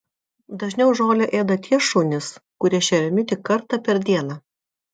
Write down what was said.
dažniau žolę ėda tie šunys kurie šeriami tik kartą per dieną